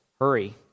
Hurry